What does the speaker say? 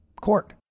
court